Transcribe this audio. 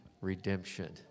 redemption